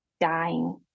dying